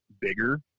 bigger